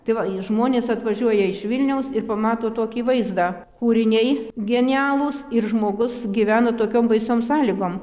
tai va žmonės atvažiuoja iš vilniaus ir pamato tokį vaizdą kūriniai genialūs ir žmogus gyvena tokiom baisiom sąlygom